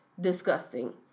Disgusting